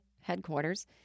headquarters